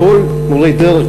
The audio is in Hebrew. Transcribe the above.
כל מורי הדרך,